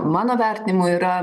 mano vertinimu yra